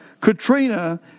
Katrina